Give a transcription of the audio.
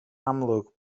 amlwg